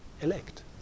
elect